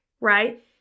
right